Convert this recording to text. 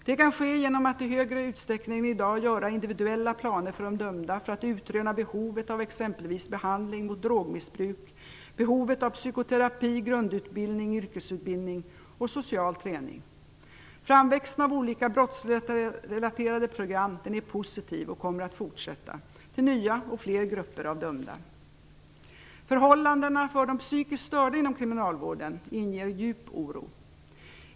Det kan ske genom att i större usträckning än i dag göra individuella planer för de dömda för att utröna behovet av exempelvis behandling av drogmissbruk, behovet av psykoterapi, grundutbildning, yrkesutbildning och social träning. Framväxten av olika brottsrelaterade program för nya och fler grupper av dömda är positiv och kommer att fortsätta. Förhållandena för de psykiskt störda inom kriminalvården inger djup oro.